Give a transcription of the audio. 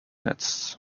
nets